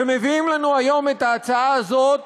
שמביאים לנו היום את ההצעה הזאת